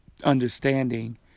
understanding